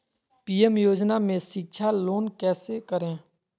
PM योजना में शिक्षा लोन कैसे करें?